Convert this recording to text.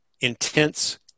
intense